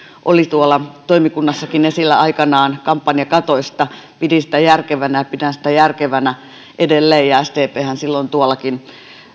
oli tuolla toimikunnassakin esillä aikanaan kampanjakatoista järkevänä ja pidän sitä järkevänä edelleen sdphän silloin tuollakin